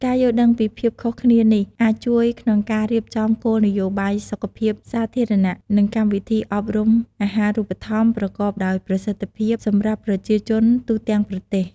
ការយល់ដឹងពីភាពខុសគ្នានេះ អាចជួយក្នុងការរៀបចំគោលនយោបាយសុខភាពសាធារណៈ និងកម្មវិធីអប់រំអាហារូបត្ថម្ភប្រកបដោយប្រសិទ្ធភាពសម្រាប់ប្រជាជនទូទាំងប្រទេស។